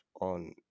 on